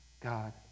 God